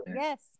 yes